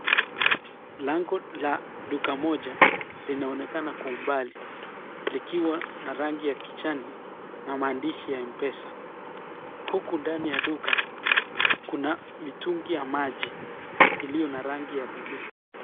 Lango la duka moja linaonekana kwa umbali likiwa na rangi ya kijani na maandishi ya MPESA . Huku ndani ya duka kuna mitungi ya maji iliyo na rangi ya buluu.